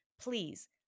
please